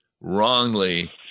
wrongly